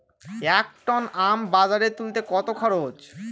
এক টন আম বাজারে তুলতে কত খরচ?